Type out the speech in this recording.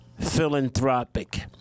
philanthropic